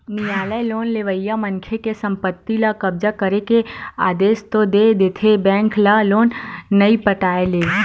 नियालय लोन लेवइया मनखे के संपत्ति ल कब्जा करे के आदेस तो दे देथे बेंक ल लोन नइ पटाय ले